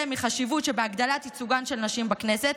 מהחשיבות שבהגדלת ייצוגן של נשים בכנסת.